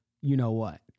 you-know-what